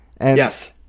Yes